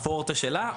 הפורטה שלה.